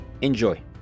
Enjoy